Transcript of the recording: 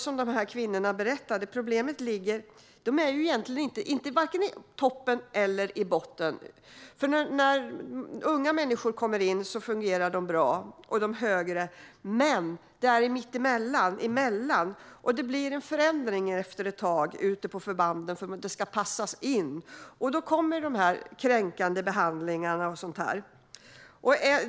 Som kvinnorna berättade ligger problemet varken i toppen eller i botten. När unga människor kommer in i försvaret fungerar de bra. Men det handlar om nivån mitt emellan. Efter ett tag sker det en förändring ute på förbanden när det ska passas in. Då blir det kränkande behandling och sådant.